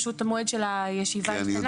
פשוט המועד של הישיבה השתנה.